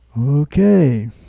Okay